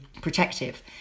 protective